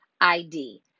ID